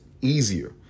easier